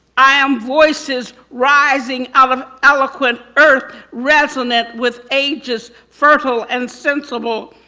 i am voices rising out of eloquent earth, resonant with ages, fertile and sensible.